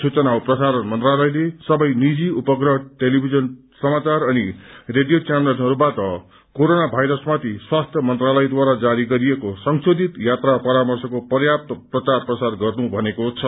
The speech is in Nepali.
सूचना औ प्रसारण मन्त्रालयले सबै निजी उपग्रह टेलिभिजन समाचार अनि रेडियो च्यानलहरूबाट कोरोना भाइरसमाथि स्वास्थ्य मन्त्रालयद्वारा जारी गरिएको संशोधित यात्रा परामर्शको पर्याप्त प्रचार प्रसार गर्नु भनेको छ